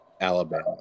Alabama